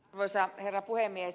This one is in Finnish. arvoisa herra puhemies